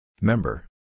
Member